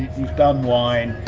you've done wine,